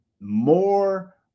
more